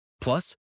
Plus